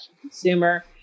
consumer